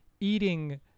eating